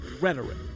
rhetoric